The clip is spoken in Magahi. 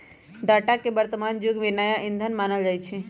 डाटा के वर्तमान जुग के नया ईंधन मानल जाई छै